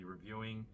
reviewing